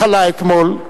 חלה אתמול,